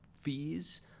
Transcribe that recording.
fees